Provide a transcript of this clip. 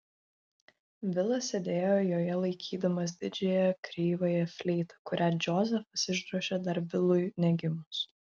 vilas sėdėjo joje laikydamas didžiąją kreivąją fleitą kurią džozefas išdrožė dar vilui negimus